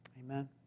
Amen